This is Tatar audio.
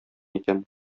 икән